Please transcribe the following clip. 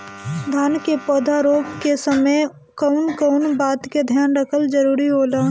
धान के पौधा रोप के समय कउन कउन बात के ध्यान रखल जरूरी होला?